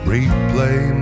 Replay